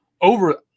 over